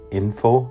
info